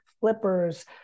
flippers